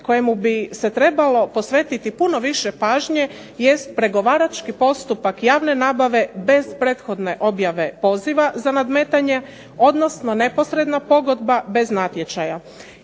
kojemu bi se trebalo posvetiti puno više pažnje jest pregovarački postupak javne nabave bez prethodne objave poziva za nadmetanje odnosno neposredna pogodba bez natječaja.